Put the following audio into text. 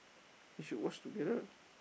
we should watch together